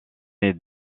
est